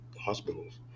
hospitals